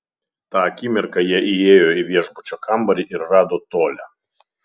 tą akimirką jie įėjo į viešbučio kambarį ir rado tolią